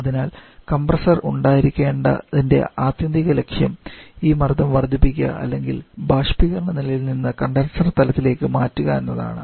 അതിനാൽ കംപ്രസ്സർ ഉണ്ടായിരിക്കുന്നതിന്റെ ആത്യന്തിക ലക്ഷ്യം ഈ മർദ്ദം വർദ്ധിക്കുക അല്ലെങ്കിൽ ബാഷ്പീകരണ നിലയിൽ നിന്ന് കണ്ടൻസർ തലത്തിലേക്ക് മാറ്റുക എന്നതാണ്